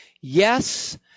Yes